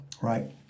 Right